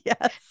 Yes